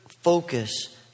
focus